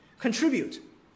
contribute